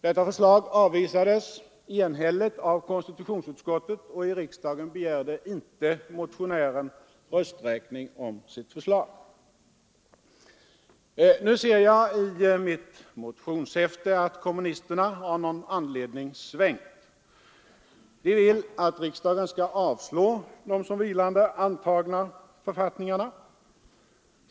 Detta förslag avvisades enhälligt av konstitutionsutskottet, och i kammaren begärde inte motionären rösträkning om sitt förslag. Nu ser jag i mitt motionshäfte att kommunisterna av någon anledning svängt och vill att riksdagen skall avslå de som vilande antagna författningarna.